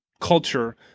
culture